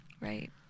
Right